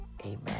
Amen